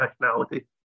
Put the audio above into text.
nationality